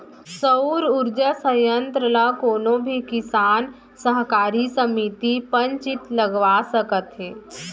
सउर उरजा संयत्र ल कोनो भी किसान, सहकारी समिति, पंचईत लगवा सकत हे